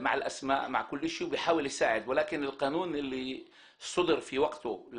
פונים ללשכה וטוענים באופן פרטני: אני זכאי לפי חוק צד"ל,